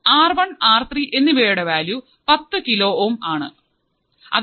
R one R three എന്നിവയുടെ value പത്ത് kilo ohm 10 kilo ohms